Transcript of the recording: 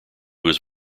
was